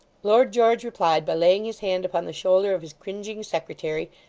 lord george replied by laying his hand upon the shoulder of his cringing secretary,